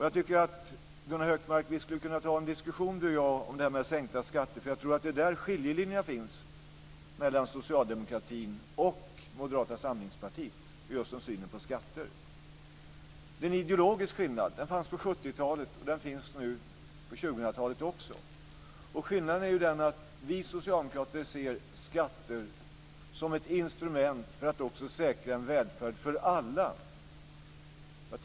Jag tycker att Gunnar Hökmark och jag skulle kunna ta upp en diskussion om skattesänkningar, för jag tror att det är i synen på skatter som skiljelinjen mellan socialdemokratin och Moderata samlingspartiet går. Det är en ideologisk skillnad. Den fanns på 70-talet, och den finns också nu på 2000-talet. Skillnaden är den att vi socialdemokrater ser skatter som ett instrument för att säkra en välfärd för alla.